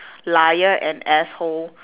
liar and asshole